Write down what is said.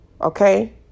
Okay